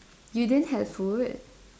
you didn't had food